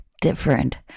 different